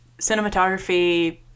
cinematography